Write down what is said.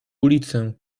ulicę